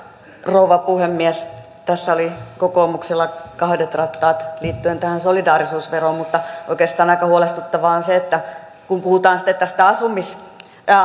rouva puhemies tässä oli kokoomuksella kahdet rattaat liittyen tähän solidaarisuusveroon mutta oikeastaan aika huolestuttavaa on se että kun puhutaan sitten tästä